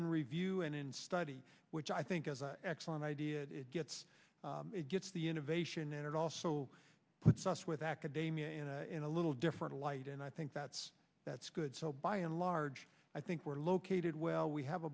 in review and in study which i think is an excellent idea that it gets it gets the innovation and it also puts us with academia in a little different light and i think that's that's good so by and large i think we're located well we have